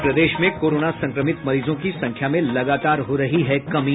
और प्रदेश में कोरोना संक्रमित मरीजों की संख्या में लगातार हो रही है कमी